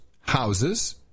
houses